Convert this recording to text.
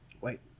wait